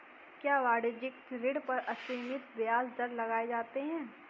क्या वाणिज्यिक ऋण पर असीमित ब्याज दर लगाए जाते हैं?